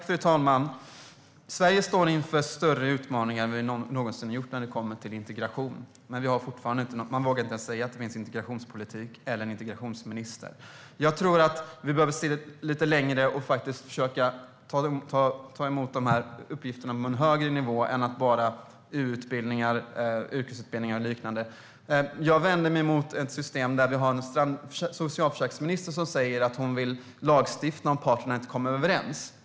Fru talman! Sverige står inför större utmaningar än vi någonsin har gjort när det kommer till integration. Men man vågar inte ens säga att det finns en integrationspolitik eller en integrationsminister. Jag tror att vi behöver se lite längre och försöka ta emot uppgifterna på en högre nivå än bara utbildningar, yrkesutbildningar och liknande. Jag vänder mig emot ett system där vi har en socialförsäkringsminister som säger att hon vill lagstifta om parterna inte kommer överens.